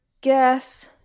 guess